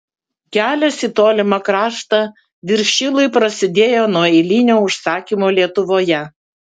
kelias į tolimą kraštą viršilui prasidėjo nuo eilinio užsakymo lietuvoje